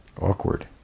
awkward